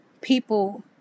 people